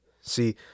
See